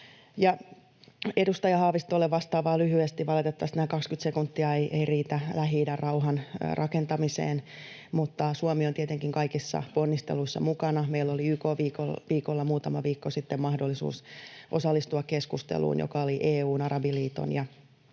Edustaja Haavistolle vastaan vain lyhyesti — valitettavasti nämä 20 sekuntia eivät riitä — Lähi-idän rauhan rakentamiseen, että Suomi on tietenkin kaikissa ponnisteluissa mukana. Meillä oli YK-viikolla muutama viikko sitten mahdollisuus osallistua keskusteluun, joka oli EU:n, Arabiliiton